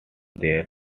their